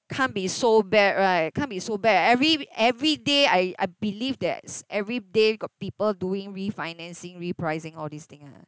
can't be so bad right can't be so bad every every day I I believe that's every day got people doing refinancing repricing all these thing ah